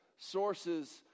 sources